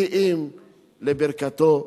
כי אם לברכתו המרובה.